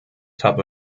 top